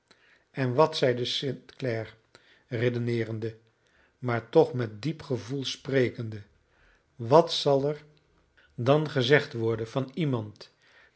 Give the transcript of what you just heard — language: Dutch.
en wat zeide st clare redeneerende maar toch met diep gevoel sprekende wat zal er dan gezegd worden van iemand